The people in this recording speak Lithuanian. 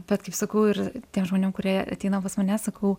bet kaip sakau ir tiem žmoniem kurie ateina pas mane sakau